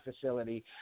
facility